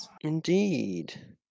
Indeed